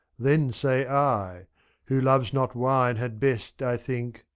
then say i a who loves not wine had best, i think,